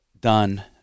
done